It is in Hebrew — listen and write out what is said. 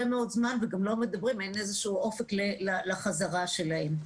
מאוד זמן וגם אין איזה אופק לחזרה שלהן.